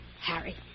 Harry